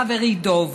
חברי דב.